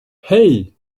hey